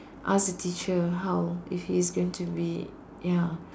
ask the teacher how if he's going to be ya